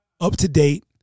up-to-date